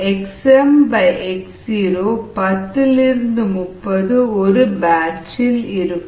xmxo 10 30 ஒரு பேச்சில் இருக்கும்